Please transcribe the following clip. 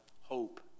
hope